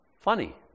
Funny